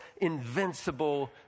invincible